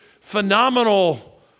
phenomenal